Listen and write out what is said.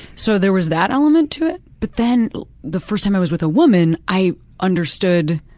so there was that element to it. but then the first time i was with a woman i understood